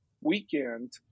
weekend